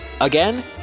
Again